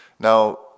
Now